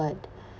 but